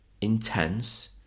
intense